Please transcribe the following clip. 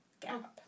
Gap